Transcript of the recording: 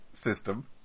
system